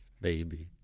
baby